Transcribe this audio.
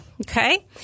Okay